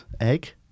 egg